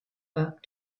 back